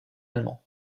allemand